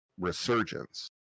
resurgence